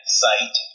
site